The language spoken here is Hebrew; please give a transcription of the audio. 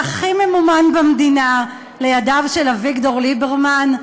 והכי ממומן במדינה לידיו של אביגדור ליברמן?